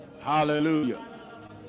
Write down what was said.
Hallelujah